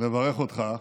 לברך אותך,